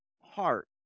heart